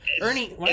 Ernie